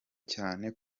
cyane